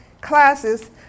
classes